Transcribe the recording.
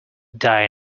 die